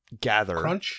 gather